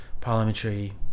parliamentary